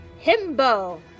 Himbo